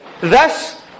Thus